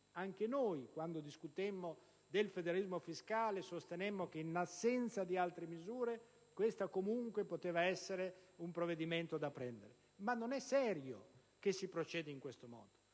Anche noi quando discutemmo del federalismo fiscale sostenemmo che, in assenza di altre misure, questo comunque poteva essere un provvedimento da prendere, ma non è serio che si proceda in questo modo.